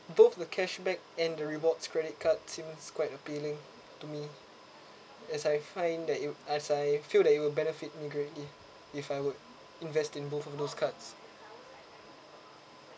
both the cashback and the rewards credit cards seems quite appealing to me as I find that it'll as I feel that it'll benefit me greatly if I would invest in both of those cards